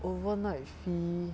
overnight fee